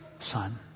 Son